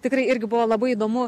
tikrai irgi buvo labai įdomu